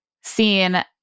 seen